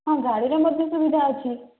ହଁ ଗାଡ଼ିର ମଧ୍ୟ ସୁବିଧା ଅଛି